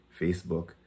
Facebook